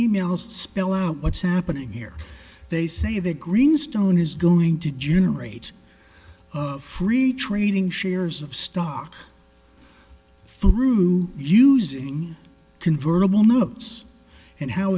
emails to spell out what's happening here they say that green stone is going to generate free trading shares of stock through using convertible notes and how